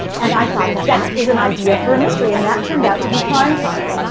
and i thought, that is an idea for a mystery. and that turned out to be prime time,